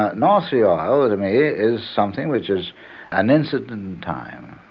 ah north sea ah oil to me is something which is an incident in time,